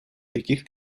каких